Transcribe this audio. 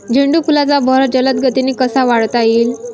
झेंडू फुलांचा बहर जलद गतीने कसा वाढवता येईल?